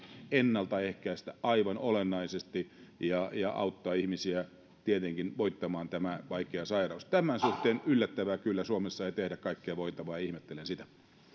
ennaltaehkäistä aivan olennaisesti ja ja auttaa ihmisiä tietenkin voittamaan tämä vaikea sairaus tämän suhteen yllättävää kyllä suomessa ei tehdä kaikkea voitavaa ja ihmettelen sitä